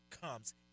comes